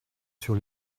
sur